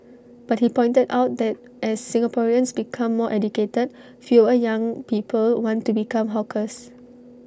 but he pointed out that as Singaporeans become more educated fewer young people want to become hawkers